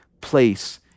place